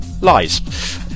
lies